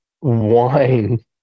wine